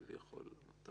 אז